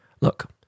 Look